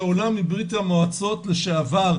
של עולה מבריה"מ לשעבר,